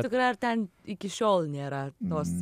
tikrai ar ten iki šiol nėra tos